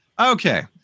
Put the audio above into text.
Okay